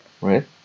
Right